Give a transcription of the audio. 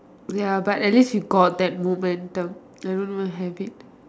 ya but at least you got that moment I don't even have it